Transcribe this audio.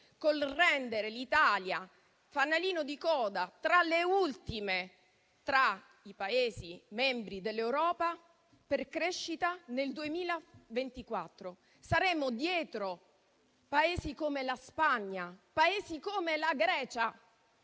col rendere l'Italia fanalino di coda, tra le ultime, tra i Paesi membri dell'Europa, per crescita nel 2024. Saremo dietro Paesi come la Spagna, Paesi come la Grecia.